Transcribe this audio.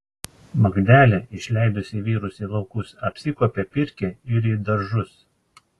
magdelė išleidusi vyrus į laukus apsikuopia pirkią ir į daržus